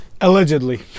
Allegedly